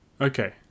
Okay